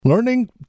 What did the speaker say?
Learning